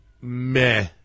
meh